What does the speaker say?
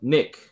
Nick